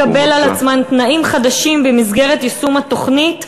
לקבל על עצמן תנאים חדשים במסגרת יישום התוכנית,